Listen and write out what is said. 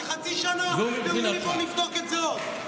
חצי שנה אתם אומרים לי: בוא נבדוק את זה עוד,